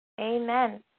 Amen